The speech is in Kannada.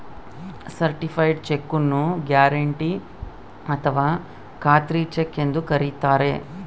ಸರ್ಟಿಫೈಡ್ ಚೆಕ್ಕು ನ್ನು ಗ್ಯಾರೆಂಟಿ ಅಥಾವ ಖಾತ್ರಿ ಚೆಕ್ ಎಂದು ಕರಿತಾರೆ